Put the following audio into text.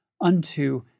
unto